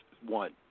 one